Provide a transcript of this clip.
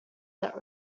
that